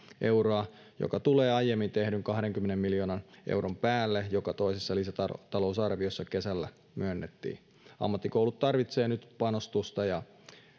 euroa joka tulee aiemmin tehdyn kahdenkymmenen miljoonan euron päälle joka toisessa lisätalousarviossa kesällä myönnettiin ammattikoulut tarvitsevat nyt panostusta ja